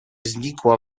znikła